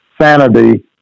sanity